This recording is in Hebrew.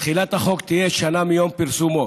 תחילת החוק תהא שנה מיום פרסומו.